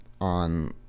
on